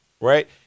right